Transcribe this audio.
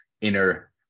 inner